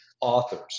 authors